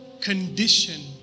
condition